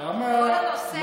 הרי כל הנושא הזה,